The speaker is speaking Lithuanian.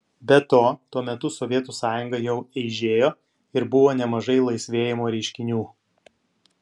be to tuo metu sovietų sąjunga jau eižėjo ir buvo nemažai laisvėjimo reiškinių